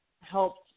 helped